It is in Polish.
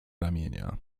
ramienia